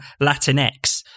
Latinx